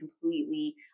completely